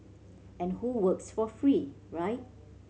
and who works for free right